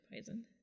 poison